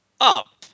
up